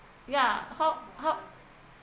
ya how how